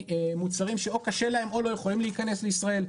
מוצרים שאו קשה להם או לא יכולים להיכנס לישראל,